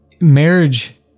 Marriage